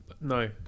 No